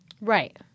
Right